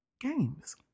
Games